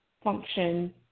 function